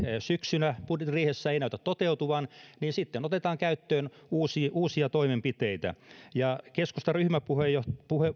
syksynä budjettiriihessä ei näytä toteutuvan niin sitten otetaan käyttöön uusia toimenpiteitä keskustan ryhmäpuheenvuoron